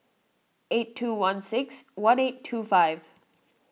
eight two one six one eight two five